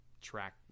track